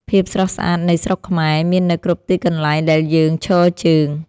ភាពស្រស់ស្អាតនៃស្រុកខ្មែរ មាននៅគ្រប់ទីកន្លែងដែលយើងឈរជើង។